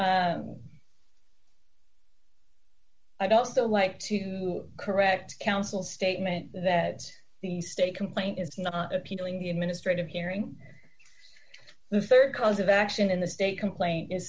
t i'd also like to correct counsel statement that the state complaint is not appealing the administrative hearing the rd cause of action in the state complaint is